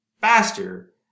faster